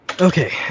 Okay